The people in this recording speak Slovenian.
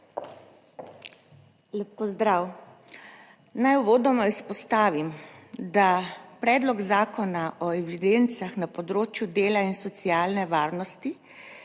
Lep pozdrav! Naj uvodoma izpostavim, da Predlog zakona o evidencah na področju dela in socialne varnosti,